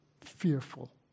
fearful